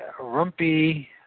Rumpy